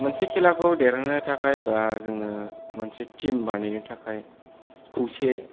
मोनसे खेलाखौ देरहानो थाखाय बा जोङो मोनसे टीम बानायनो थाखाय खौसे